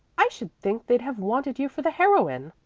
i should think they'd have wanted you for the heroine,